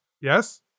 yes